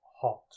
hot